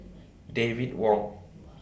David Wong